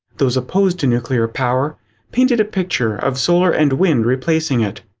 those opposed to nuclear power painted a picture of solar and wind replacing it.